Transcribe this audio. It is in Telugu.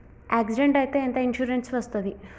యాక్సిడెంట్ అయితే ఎంత ఇన్సూరెన్స్ వస్తది?